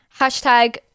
hashtag